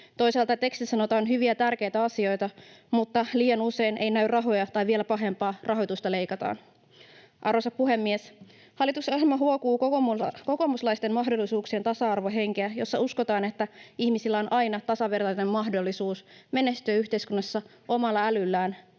Toisaalta tekstissä sanotaan hyviä ja tärkeitä asioita, mutta liian usein ei näy rahoja tai, vielä pahempaa, rahoitusta leikataan. Arvoisa puhemies! Hallituksen ohjelma huokuu kokoomuslaista mahdollisuuksien tasa-arvon henkeä, jossa uskotaan, että ihmisillä on aina tasavertainen mahdollisuus menestyä yhteiskunnassa omalla älyllään